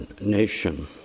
nation